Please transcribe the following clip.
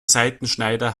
seitenschneider